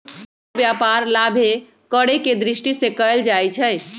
कोनो व्यापार लाभे करेके दृष्टि से कएल जाइ छइ